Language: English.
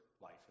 life